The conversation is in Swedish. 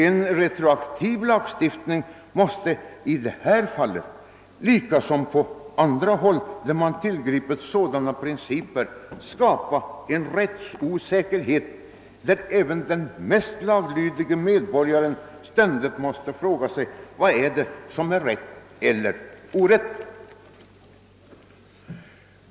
En retroaktiv lagstiftning måste i detta fall, liksom på andra håll där sådana principer tillgripits, skapa en rättsosäkerhet, som leder till att även den mest laglydige medborgare ständigt måste fråga sig vad som är rätt eller orätt.